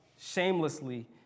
shamelessly